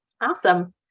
Awesome